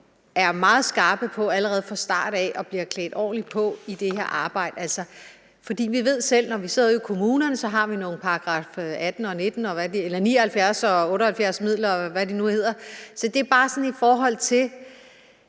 er meget skarpe allerede fra start og bliver klædt ordentligt på i det her arbejde. For vi ved selv, at når vi så er ude kommunerne, har vi nogle § 78- og § 79-midler, og hvad de nu hedder. Så det er bare sådan, i forhold til